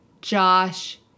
Josh